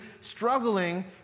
struggling